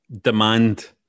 demand